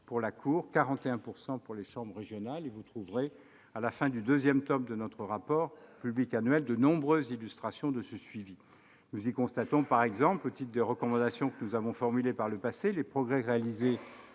comptes et 4 % pour les chambres régionales. Vous trouverez à la fin du deuxième tome de notre rapport public annuel de nombreuses illustrations de ce suivi. Nous y constatons par exemple, au titre des recommandations que nous avons formulées par le passé, les progrès réalisés